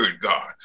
God